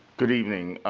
good evening,